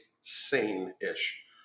sane-ish